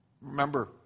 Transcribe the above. Remember